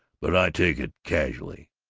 but i take it casually.